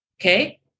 okay